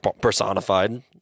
personified